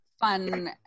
fun